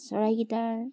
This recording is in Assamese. চৰাইকেইটাৰ